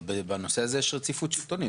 אבל בנושא הזה יש רציפות שלטונית.